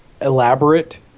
elaborate